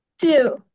two